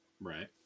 right